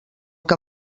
que